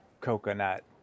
coconut